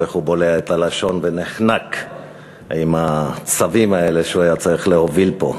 איך הוא בולע את הלשון ונחנק עם הצווים האלה שהוא היה צריך להוביל פה.